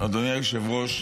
אדוני היושב-ראש,